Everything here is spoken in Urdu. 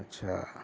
اچھا